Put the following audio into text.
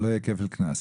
שלא יהיה כפל קנס.